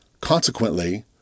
Consequently